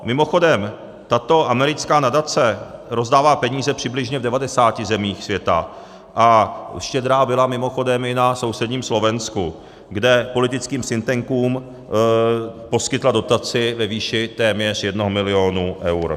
Mimochodem tato americká nadace rozdává peníze přibližně v 90 zemích světa a štědrá byla mimochodem i na sousedním Slovensku, kde politickým think tankům poskytla dotaci ve výši téměř jednoho milionu eur.